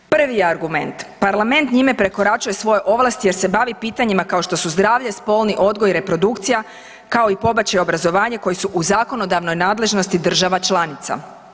Prvi argument, parlament njime prekoračuje svoje ovlasti jer se bavi pitanjima kao što su zdravlje, spolni odgoj i reprodukcija, kao i pobačaj i obrazovanje koji su zakonodavnoj nadležnosti država članica.